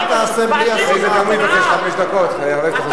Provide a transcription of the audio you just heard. לי אין שנאה.